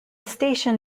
station